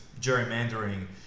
gerrymandering